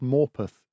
Morpeth